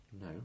No